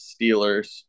Steelers